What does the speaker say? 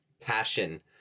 passion